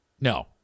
No